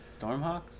Stormhawks